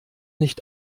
nicht